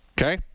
Okay